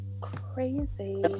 Crazy